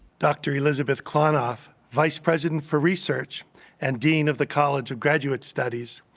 dr. elizabeth klonoff, vice president for research and dean of the college of graduate studies,